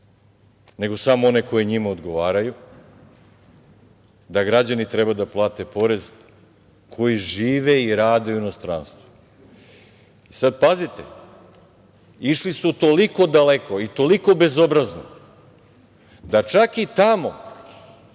nego samo one koji njima odgovaraju, da građani treba da plate porez koji žive i rade u inostranstvu. Pazite, išli su toliko daleko i toliko bezobrazno da čak i tamo